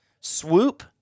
swoop